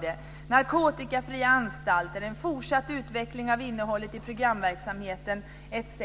Det är också narkotikafria anstalter, en fortsatt utveckling av innehållet av programverksamheten etc.